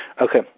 okay